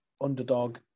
Underdog